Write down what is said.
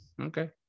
Okay